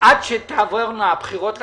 עד שתעבורנה הבחירות לכנסת,